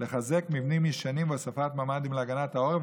לחיזוק מבנים ישנים ולהוספת ממ"דים להגנת העורף,